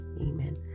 amen